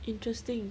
interesting